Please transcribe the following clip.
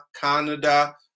Canada